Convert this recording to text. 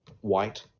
white